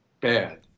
bad